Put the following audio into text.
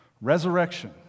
Resurrection